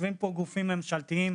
יושבים פה גופים ממשלתיים,